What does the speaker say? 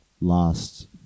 last